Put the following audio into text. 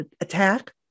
attack